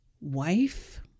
wife